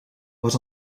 was